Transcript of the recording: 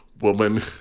woman